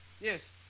yes